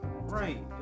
Right